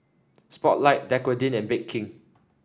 Spotlight Dequadin and Bake King